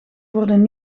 worden